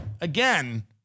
again